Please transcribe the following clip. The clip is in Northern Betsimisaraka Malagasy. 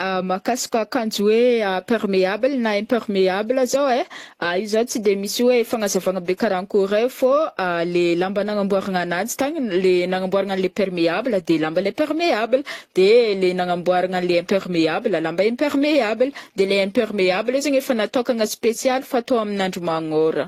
Mahakasika akanjo hoe perméable na imperméable zao ai izy ai tsy de misy hoe fagnazavana be karankôry ai fô le lamba nagnamboarana ananjy tany le nagnamboarana an'le perméable de lamba le perméable de le nagnamboarana an'le imperméable lamba imperméable de le imperméable zegny efa natokagna spesialy atao amin'andro magnôra.